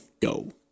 go